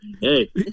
hey